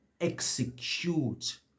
execute